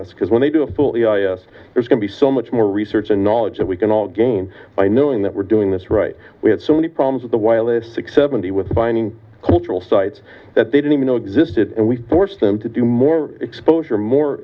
full because when they do a full there's going to be so much more research and knowledge that we can all gain by knowing that we're doing this right we have so many problems with the wireless six seventy with finding cultural sites that they didn't even know existed and we forced them to do more exposure more